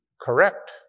correct